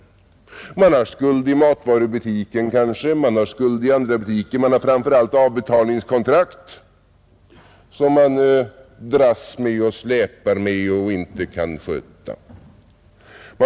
De har kanske skuld i matvarubutiken, i andra butiker, de har framför allt avbetalningskontrakt som de dras med och inte kan sköta.